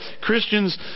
christian's